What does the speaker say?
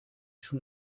schon